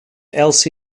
else